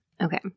Okay